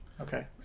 Okay